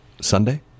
Sunday